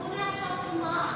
הוא בונה עכשיו קומה,